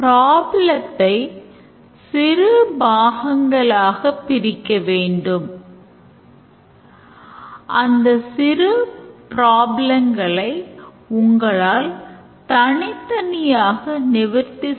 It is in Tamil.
ஒவ்வொரு செமஸ்டரின் தொடக்கத்திலும் ஒவ்வொரு பேராசிரியர்களும் அவர் கற்பிக்கப் போகும் courses ஐப் பதிவு செய்வார்கள்